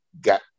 got